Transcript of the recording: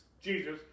Jesus